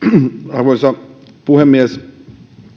arvoisa puhemies